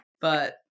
but-